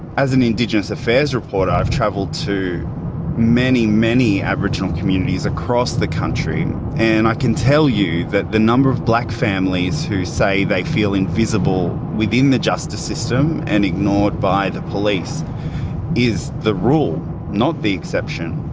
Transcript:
as an indigenous affairs reporter, i've travelled to many, many aboriginal communities across the country and i can tell you that the number of black families who say they feel invisible within the justice system and ignored by the police is the rule not the exception.